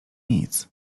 nic